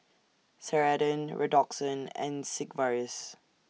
Ceradan Redoxon and Sigvaris